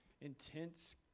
intense